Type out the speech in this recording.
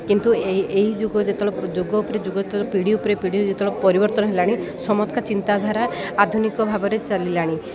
କିନ୍ତୁ ଏ ଏହି ଯୁଗ ଯେତେବେଳେ ଯୁଗ ଉପରେ ଯୁଗ ଯେତବେଳେ ପିଢ଼ି ଉପରେ ପିଢ଼ି ଯେତେବେଳେ ପରିବର୍ତ୍ତନ ହେଲାଣି ସମସ୍ତଙ୍କର ଚିନ୍ତାଧାରା ଆଧୁନିକ ଭାବରେ ଚାଲିଲାଣି